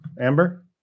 Amber